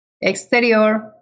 exterior